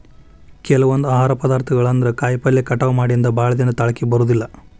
ಕೆಲವೊಂದ ಆಹಾರ ಪದಾರ್ಥಗಳು ಅಂದ್ರ ಕಾಯಿಪಲ್ಲೆ ಕಟಾವ ಮಾಡಿಂದ ಭಾಳದಿನಾ ತಾಳಕಿ ಬರುದಿಲ್ಲಾ